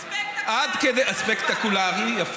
ומה שאתם עושים פה זה גם ספקטקולרי.